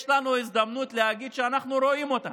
יש לנו הזדמנות להגיד שאנחנו רואים אותם.